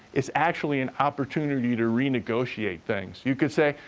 it's actually an opportunity to renegotiate things. you could say,